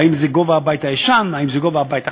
האם זה גובה הבית הישן, האם זה גובה הבית החדש,